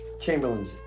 Chamberlain's